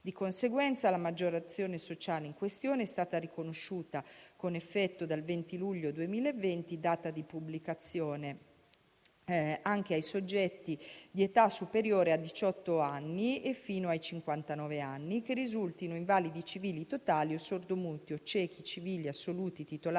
Di conseguenza, la maggiorazione sociale in questione è stata riconosciuta con effetto dal 20 luglio 2020 (data di pubblicazione) anche ai soggetti di età superiore a diciotto anni e fino ai cinquantanove anni che risultino invalidi civili totali o sordomuti o ciechi civili assoluti titolari